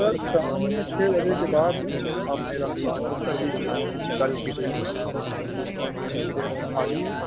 سر شام میں چھ بجے کے بعد آپ میرا سلاٹ بک کر دیجیے کل کی ڈیٹ میں کل کی ڈیٹ میں خالی ہے